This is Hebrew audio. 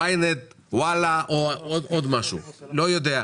YNET, ואללה ועוד משהו לא יודע.